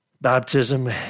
Baptism